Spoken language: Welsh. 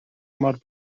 mor